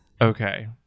okay